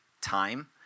time